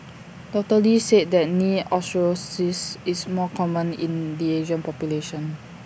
doctor lee said that knee osteoarthritis is more common in the Asian population